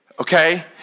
okay